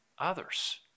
Others